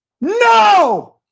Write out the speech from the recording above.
No